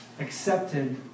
accepted